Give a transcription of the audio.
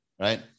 right